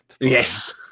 Yes